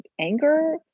anger